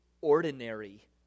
ordinary